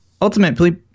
Ultimately